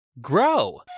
grow